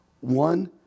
One